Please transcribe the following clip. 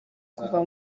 kuva